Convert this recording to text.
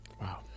Wow